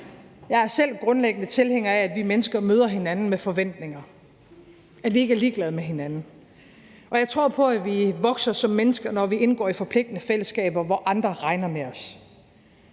Jeg er selv grundlæggende tilhænger af, at vi mennesker møder hinanden med forventninger, at vi ikke er ligeglade med hinanden, og jeg tror på, at vi vokser som mennesker, når vi indgår i forpligtende fællesskaber, hvor andre regner med os.